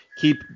keep